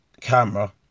camera